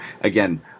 again